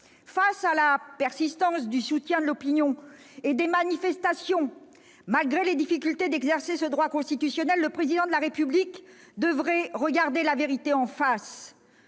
Face à la persistance du soutien de l'opinion et des manifestations, malgré les difficultés d'exercer ce droit constitutionnel, le Président de la République devrait plutôt regarder la vérité en face